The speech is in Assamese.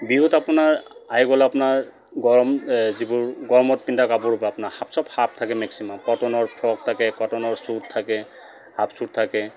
বিহুত আপোনাৰ আহি গ'ল আপোনাৰ গৰম যিবোৰ গৰমত পিন্ধা কাপোৰ আপোনাৰ হাপ চব হাফ থাকে মেক্সিমাম কটনৰ ফ্ৰক থাকে কটনৰ চুট থাকে হাফ চুট থাকে